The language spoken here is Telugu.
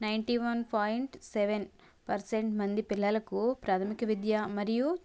ninety one point seven percent మంది పిల్లలకు ప్రాధమిక విద్య మరియు